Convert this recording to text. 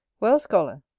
well, scholar,